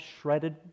shredded